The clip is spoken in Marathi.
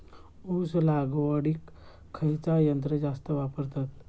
ऊस लावडीक खयचा यंत्र जास्त वापरतत?